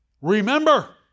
Remember